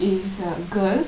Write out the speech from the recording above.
is a girl